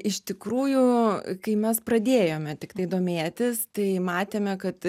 iš tikrųjų kai mes pradėjome tiktai domėtis tai matėme kad